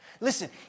Listen